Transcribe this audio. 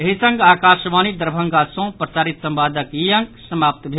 एहि संग आकाशवाणी दरभंगा सँ प्रसारित संवादक ई अंक समाप्त भेल